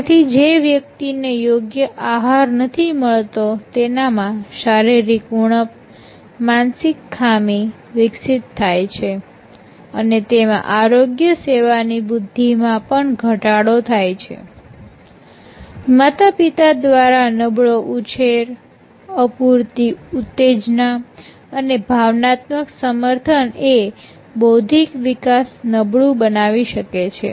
તેથી જે વ્યક્તિને યોગ્ય આહાર નથી મળતો તેનામાં શારીરિક ઉણપમાનસિક ખામી વિકસિત થાય છે અને તેમાં આરોગ્ય સેવાની વૃદ્ધિમાં પણ ઘટાડો થાય છે માતાપિતા દ્વારા નબળો ઉછેર અપૂરતી ઉત્તેજના અને ભાવનાત્મક સમર્થન એ બૌદ્ધિક વિકાસ નબળુ બનાવી શકે છે